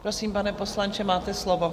Prosím, pane poslanče, máte slovo.